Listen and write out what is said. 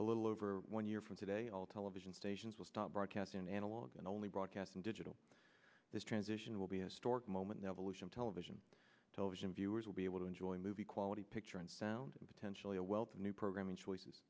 a little over one year from today all television stations will start broadcasting an analog and only broadcast and digital this transition will be historic moment the evolution of television television viewers will be able to enjoy movie quality picture and sound and potentially a wealth of new programming choices